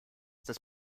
des